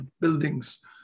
buildings